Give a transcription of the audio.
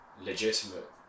legitimate